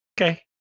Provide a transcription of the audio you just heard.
Okay